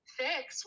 fix